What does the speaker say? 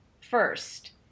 first